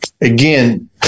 Again